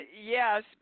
Yes